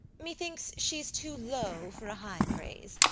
methinks she's too low for a high praise,